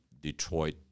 Detroit